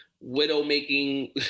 Widow-Making